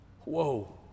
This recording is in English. Whoa